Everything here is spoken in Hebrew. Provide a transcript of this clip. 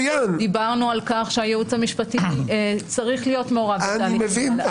דיברנו על כך שהייעוץ המשפטי צריך להיות מעורב בתהליך --- אני מבין.